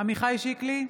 עמיחי שיקלי,